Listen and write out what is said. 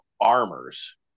armors